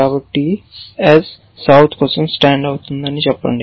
కాబట్టి సౌత్ కోసం s stand అని చెప్పండి